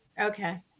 Okay